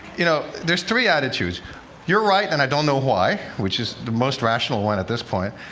you know there's three attitudes you're right, and i don't know why, which is the most rational one at this point.